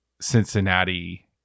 Cincinnati